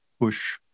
push